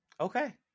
Okay